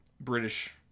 British